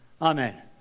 Amen